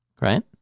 right